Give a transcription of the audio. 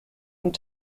und